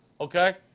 Okay